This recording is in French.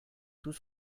tout